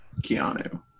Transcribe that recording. Keanu